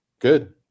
Good